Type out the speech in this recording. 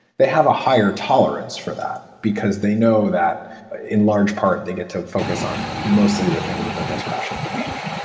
they have a higher tolerance for that because they know that in large part they get to focus on mostly the things that they're passionate about.